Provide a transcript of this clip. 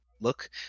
look